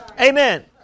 Amen